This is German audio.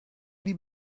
die